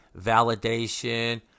validation